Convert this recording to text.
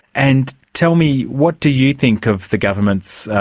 and tell me, what do you think of the government's,